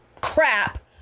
crap